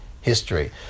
history